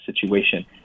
situation